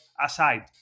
aside